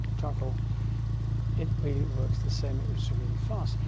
charcoal it really works the same it was really fast.